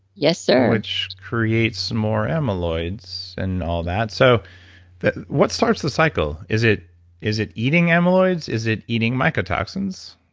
yes sir which creates more amyloids and all that. so what what starts the cycle? is it is it eating amyloids? is it eating mycotoxins?